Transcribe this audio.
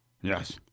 Yes